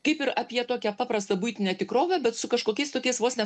kaip ir apie tokią paprastą buitinę tikrovę bet su kažkokiais tokiais vos ne